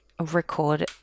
record